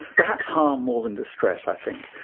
perhaps harm more than distress i think.